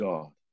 God